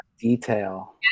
detail